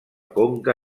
conca